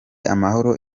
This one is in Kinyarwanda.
amahoro